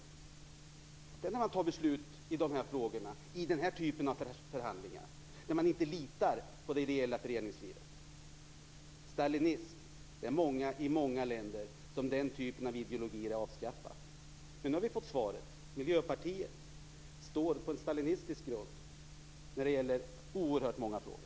Det är när man fattar beslut i de här frågorna i den här typen av förhandlingar och inte litar på det ideella föreningslivet. Stalinism är en typ av ideologi som är avskaffad i många länder. Men nu har vi fått svaret: Miljöpartiet står på en stalinistisk grund när det gäller oerhört många frågor.